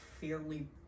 fairly